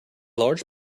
large